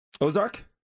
ozark